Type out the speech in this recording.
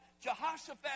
Jehoshaphat